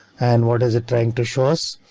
and what is it trying to show us?